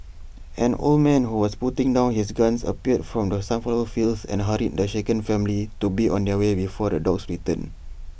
an old man who was putting down his gun appeared from the sunflower fields and hurried the shaken family to be on their way before the dogs return